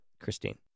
Christine